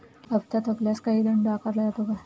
हप्ता थकल्यास काही दंड आकारला जातो का?